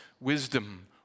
wisdom